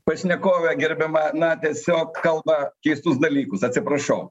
pašnekovė gerbiama na tiesiog kalba keistus dalykus atsiprašau